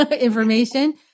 information